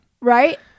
Right